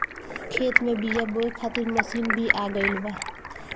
खेत में बीआ बोए खातिर मशीन भी आ गईल बा